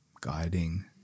guiding